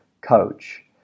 coach